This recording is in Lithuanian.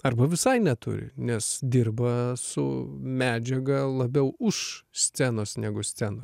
arba visai neturi nes dirba su medžiaga labiau už scenos negu scenoj